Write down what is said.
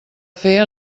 fer